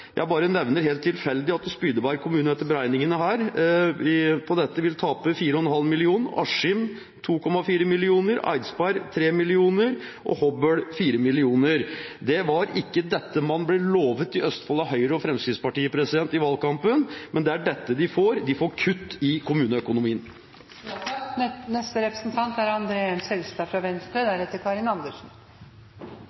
Jeg bare nevner helt tilfeldig at Spydeberg kommune etter beregningene vil tape 4,5 mill. kr, Askim 2,4 mill. kr, Eidsberg 3 mill. kr og Hobøl 4 mill. kr. Det var ikke dette man ble lovet i Østfold av Høyre og Fremskrittspartiet i valgkampen, men det er dette de får. De får kutt i kommuneøkonomien. Det er en viktig debatt for Kommune-Norge, for nå legges rammene for eldreomsorg og skole. Det er nettopp de